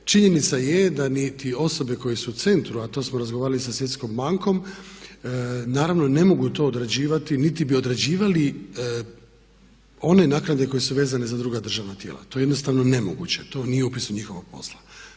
Činjenica je da niti osobe koje su u centru a to smo razgovarali sa Svjetskom bankom naravno ne mogu to odrađivati niti bi odrađivali one naknade koje su vezane za druga državna tijela. To je jednostavno nemoguće, to nije u opisu njihovog posla.